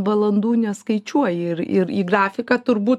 valandų neskaičiuoja ir ir į grafiką turbūt